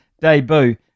debut